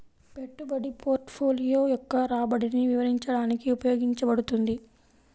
పెట్టుబడి పోర్ట్ఫోలియో యొక్క రాబడిని వివరించడానికి ఉపయోగించబడుతుంది